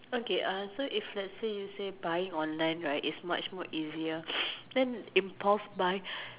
okay uh so if let's say you say buying online right is much more easier then impulse buying